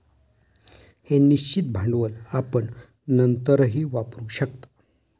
हे निश्चित भांडवल आपण नंतरही वापरू शकता